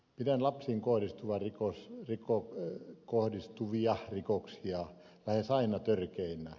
pidän lapsiin kohdistuvia rikoksia lähes aina törkeinä